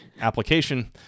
application